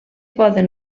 poden